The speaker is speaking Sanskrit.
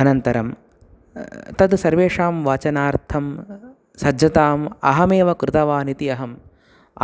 अनन्तरं तद् सर्वेषां वाचनार्थं सज्जताम् अहमेव कृतवान् इति अहम्